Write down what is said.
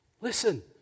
Listen